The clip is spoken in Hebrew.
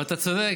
אבל אתה צודק,